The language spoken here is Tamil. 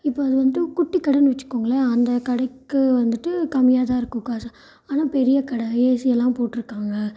இப்போ அது வந்துட்டு குட்டி கடைன்னு வெச்சுக்கோங்களேன் அந்த கடைக்கு வந்துட்டு கம்மியாக தான் இருக்கும் காசு ஆனால் பெரிய கடை ஏசி எல்லாம் போட்டிருக்காங்க